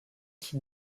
qui